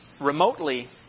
remotely